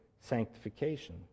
sanctification